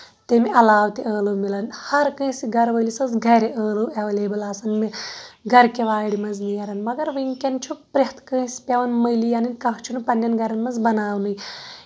تَمہِ علاوٕ تہِ ٲلوٕ مِلان ہَر کٲنٛسہِ گرٕ وٲلِس ٲس گرِ ٲلوٕ اویلیبل آسان گرِ کہِ وارِ منٛز نیران مَگر ونٛکیٚن چھُ پریٚتھ کٲنٛسہِ پیٚوان مٔلی انٕنۍ کانٛہہ چھُ نہٕ پَنٕنٮ۪ن گرن منٛز بَناونٕے